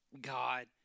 God